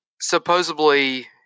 Supposedly